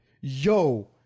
Yo